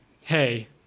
Hey